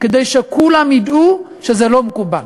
כדי שכולם ידעו שזה לא מקובל.